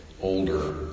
older